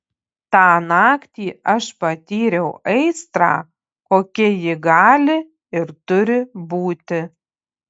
tą naktį aš patyriau aistrą kokia ji gali ir turi būti